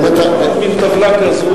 טוב.